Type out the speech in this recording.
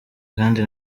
kandi